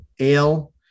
Ale